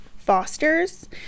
fosters